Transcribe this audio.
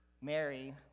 Mary